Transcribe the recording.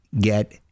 get